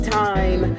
time